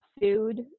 food